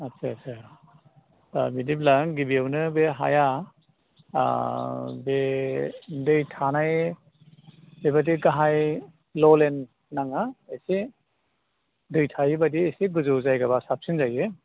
आच्छा आच्छा बिदिब्ला गिबियावनो बे हाया बे दै थानाय बेबादि गाहाय ल'लेन्द नाङा एसे दै थायैबायदि एसे गोजौ जायगाबा साबसिन जायो